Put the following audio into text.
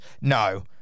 No